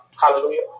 Hallelujah